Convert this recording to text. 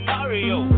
Mario